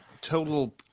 total